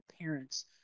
parents